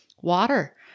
water